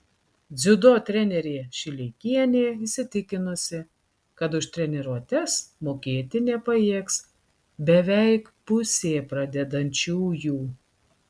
dziudo trenerė šileikienė įsitikinusi kad už treniruotes mokėti nepajėgs beveik pusė pradedančiųjų